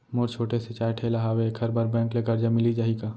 मोर छोटे से चाय ठेला हावे एखर बर बैंक ले करजा मिलिस जाही का?